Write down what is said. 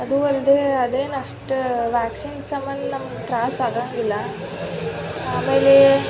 ಅದೂ ಅಲ್ಲದೆ ಅದೇನೂ ಅಷ್ಟು ವ್ಯಾಕ್ಸಿನ್ ಸಂಬಂಧ ನಮ್ಗೆ ತ್ರಾಸು ಆಗಂಗಿಲ್ಲ ಆಮೇಲೆ